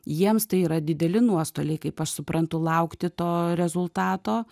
jiems tai yra dideli nuostoliai kaip aš suprantu laukti to rezultato